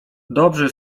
dobrzy